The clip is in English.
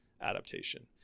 adaptation